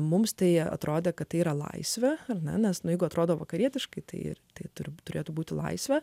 mums tai atrodė kad tai yra laisvė ar menas negu atrodo vakarietiškai ir tai turbūt turėtų būti laisve